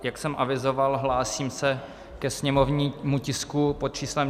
Jak jsem avizoval, hlásím se ke sněmovnímu tisku pod číslem 4645.